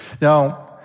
Now